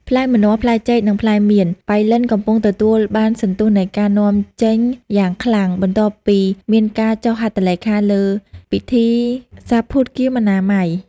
ផ្លែម្នាស់ ផ្លែចេក និងផ្លែមៀនប៉ៃលិន កំពុងទទួលបានសន្ទុះនៃការនាំចេញយ៉ាងខ្លាំង បន្ទាប់ពីមានការចុះហត្ថលេខាលើពិធីសារភូតគាមអនាម័យ។